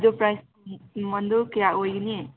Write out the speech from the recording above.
ꯑꯗꯨ ꯄ꯭ꯔꯥꯏꯁ ꯃꯃꯟꯗꯨ ꯀꯌꯥ ꯑꯣꯏꯒꯅꯤ